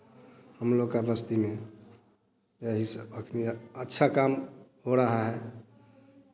हम लोग का बस्ती में यही सब अखनि अच्छा काम हो रहा है